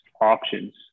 options